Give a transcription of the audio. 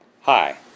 Hi